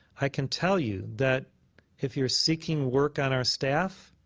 i can tell you that if you're seeking work on our staff,